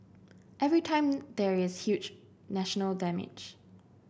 every time there is huge national damage